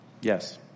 Yes